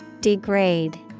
Degrade